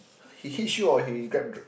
he Hitch you or he Grab drive